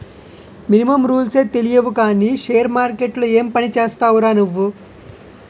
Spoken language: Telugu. మినిమమ్ రూల్సే తెలియవు కానీ షేర్ మార్కెట్లో ఏం పనిచేస్తావురా నువ్వు?